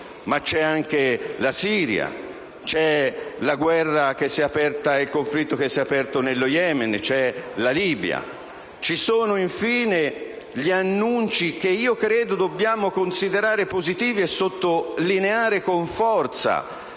ma c'è anche la Siria. C'è il conflitto che si è aperto nello Yemen e c'è la Libia. Ci sono infine gli annunci, che dobbiamo considerare positivi e sottolineare con forza,